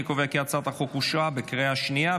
אני קובע כי הצעת החוק אושרה בקריאה שנייה.